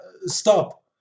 stop